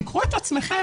קחו את עצמכם,